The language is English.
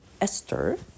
Esther